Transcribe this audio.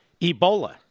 Ebola